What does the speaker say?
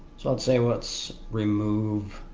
so let's say let's remove